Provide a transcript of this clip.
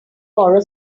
borrow